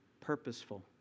purposeful